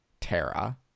Terra